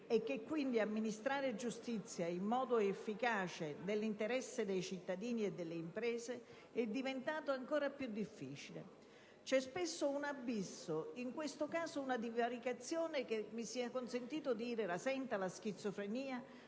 e che quindi amministrare giustizia in modo efficace nell'interesse dei cittadini e delle imprese è diventato ancora più difficile. C'è spesso un abisso, in questo caso una divaricazione, che - mi sia consentito - rasenta la schizofrenia,